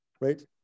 right